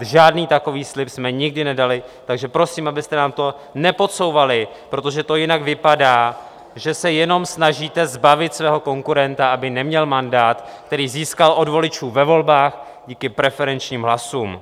Žádný takový slib jsme nikdy nedali, takže prosím, abyste nám to nepodsouvali, protože to jenom vypadá, že se snažíte zbavit svého konkurenta, aby neměl mandát, který získal od voličů ve volbách díky preferenčním hlasům.